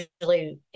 usually